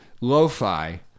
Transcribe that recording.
Lo-Fi